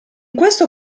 questo